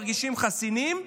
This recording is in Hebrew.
והם מרגישים חסינים,